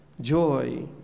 joy